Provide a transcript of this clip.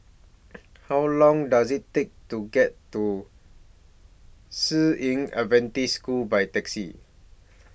How Long Does IT Take to get to San Yu Adventist School By Taxi